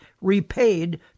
repaid